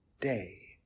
day